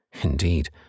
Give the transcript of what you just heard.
Indeed